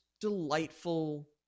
delightful